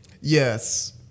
Yes